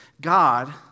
God